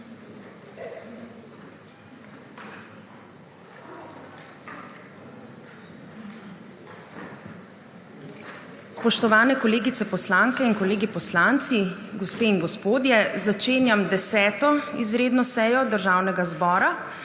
Spoštovani kolegice poslanke in kolegi poslanci, gospe in gospodje! Začenjam 10. izredno sejo Državnega zbora,